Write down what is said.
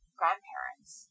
grandparents